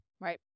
Right